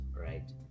right